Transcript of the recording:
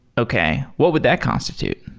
okay. what would that constitute?